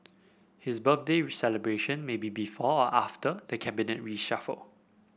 his birthday celebration may be before or after the Cabinet reshuffle